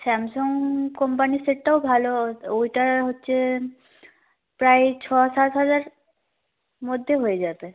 Samsung কোম্পানির সেটটাও ভালো ওইটা হচ্ছে প্রায় ছ সাত হাজার মধ্যে হয়ে যাবে